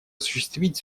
осуществить